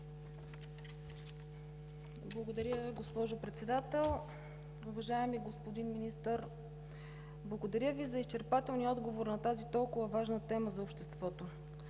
Благодаря, госпожо Председател. Уважаеми господин Министър, благодаря Ви за изчерпателния отговор на тази толкова важна тема за обществото.